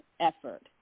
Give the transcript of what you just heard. effort